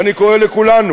ואני קורא לכולנו,